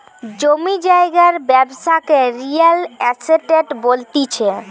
জমি জায়গার ব্যবসাকে রিয়েল এস্টেট বলতিছে